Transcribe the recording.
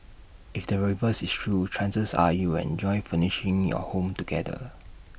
if the reverse is true chances are you'll enjoy furnishing your home together